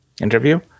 interview